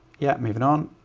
yeah, moving on,